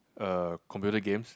uh computer games